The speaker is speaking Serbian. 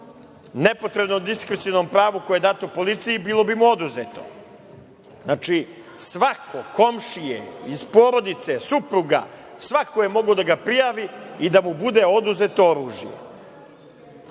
nepotrebnom diskrecionom pravu koje je dato policiji bilo bi mu oduzeto. Znači, svako, komšije, iz porodice, supruga, svako je mogao da ga prijavi i da mu bude oduzete oružje,